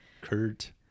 Kurt